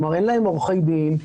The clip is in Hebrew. כלומר אין להם עורכי דין,